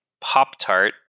Pop-Tart